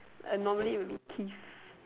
uh normally it would be Keefe